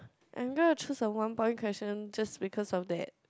I'm going to choose a one point question just because of that